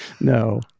No